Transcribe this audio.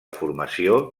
formació